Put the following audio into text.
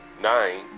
nine